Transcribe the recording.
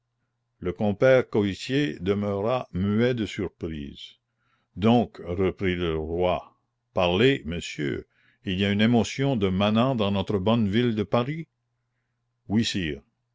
le compère coictier demeurait muet de surprise donc reprit le roi parlez monsieur il y a une émotion de manants dans notre bonne ville de paris